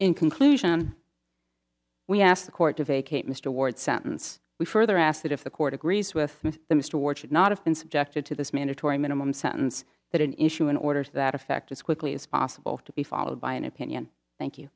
in conclusion we asked the court to vacate mr ward sentence we further asked that if the court agrees with the mr ward should not have been subjected to this mandatory minimum sentence that an issue an order to that effect as quickly as possible to be followed by an opinion thank you